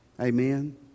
Amen